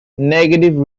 negative